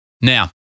Now